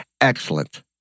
Excellent